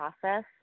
process